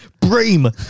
Bream